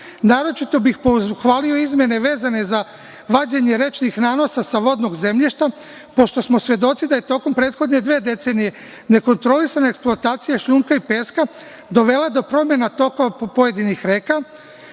naročito bih pohvalio izmene vezane za vađenje rečnih nanosa sa vodnog zemljišta, pošto smo svedoci da je tokom prethodne dve decenije nekontrolisana eksploatacija šljunka i peska dovela do promena tokova pojedinih reka,